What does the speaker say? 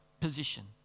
position